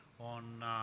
on